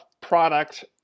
product